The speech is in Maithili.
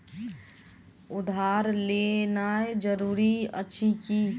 आधार देनाय जरूरी अछि की?